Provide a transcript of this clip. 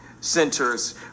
Centers